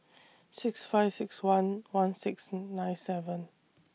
six five six one one six nine seven